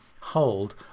hold